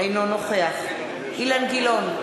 אינו נוכח אילן גילאון,